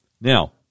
Now